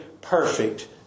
perfect